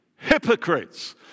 Hypocrites